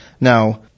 Now